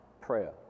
Prayer